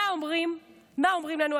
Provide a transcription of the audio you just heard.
מה אומרים לנו,